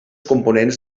components